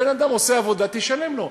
בן-אדם עושה עבודה, תשלם לו.